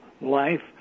life